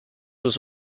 was